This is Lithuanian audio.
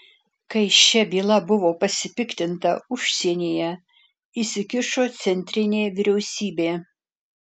kai šia byla buvo pasipiktinta užsienyje įsikišo centrinė vyriausybė